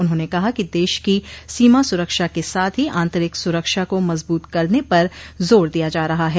उन्होंने कहा कि देश की सीमा सुरक्षा के साथ ही आंतरिक सुरक्षा को मजबूत करने पर जोर दिया जा रहा है